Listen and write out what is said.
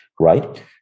Right